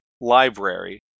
Library